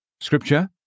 Scripture